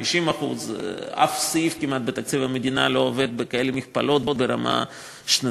או 50%. כמעט אף סעיף בתקציב המדינה לא עובד בכאלה מכפלות ברמה השנתית.